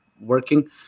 working